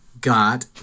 got